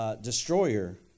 destroyer